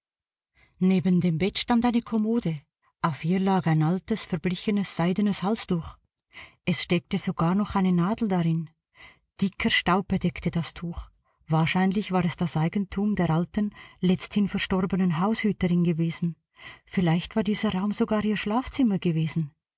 neben dem bett stand eine kommode auf ihr lag ein altes verblichenes seidenes halstuch es steckte sogar noch eine nadel darin dicker staub bedeckte das tuch wahrscheinlich war es das eigentum der alten letzthin verstorbenen haushüterin gewesen vielleicht war dieser raum sogar ihr schlafzimmer gewesen